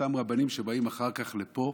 אותם רבנים שבאים אחר כך לפה,